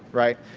right?